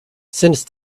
since